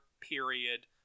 period